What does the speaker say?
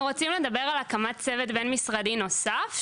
אנחנו רוצים לדבר על הקמת צוות בין-משרדי נוסף,